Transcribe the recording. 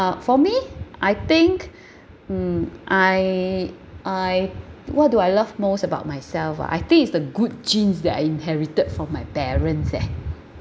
uh for me I think mm I I what do I love most about myself ah I think it's the good genes that I inherited from my parents eh